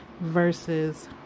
versus